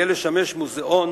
יהיו לשמש מוזיאון